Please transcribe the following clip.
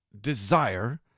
desire